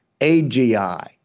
AGI